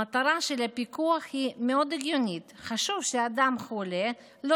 המטרה של הפיקוח הגיונית מאוד: חשוב שאדם חולה לא